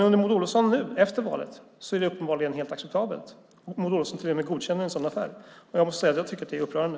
Under Maud Olofsson nu efter valet är det uppenbarligen helt acceptabelt. Maud Olofsson godkänner till och med en sådan affär. Jag tycker att det är upprörande.